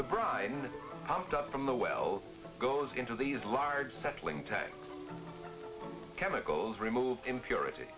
the brian pumped up from the wells goes into these large settling time chemicals removed impurit